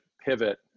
pivot